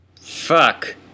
Fuck